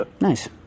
nice